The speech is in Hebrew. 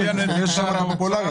אז כנראה שאתה פופולרי,